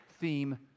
theme